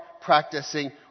practicing